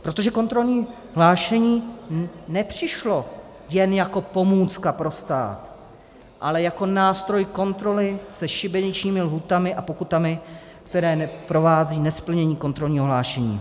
Protože kontrolní hlášení nepřišlo jen jako pomůcka pro stát, ale jako nástroj kontroly se šibeničními lhůtami a pokutami, které provázejí nesplnění kontrolního hlášení.